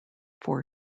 four